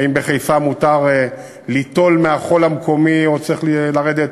האם בחיפה מותר ליטול מהחול המקומי או שצריך לרדת